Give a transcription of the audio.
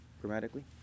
grammatically